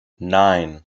nine